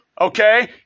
okay